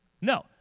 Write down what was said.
No